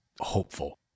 hopeful